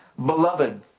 Beloved